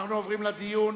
אנחנו עוברים לדיון.